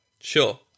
sure